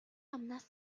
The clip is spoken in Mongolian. амнаас